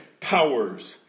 powers